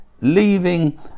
leaving